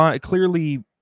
Clearly